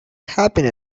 happiness